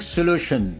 Solution